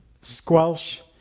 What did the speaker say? squelch